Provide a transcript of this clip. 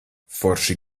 forši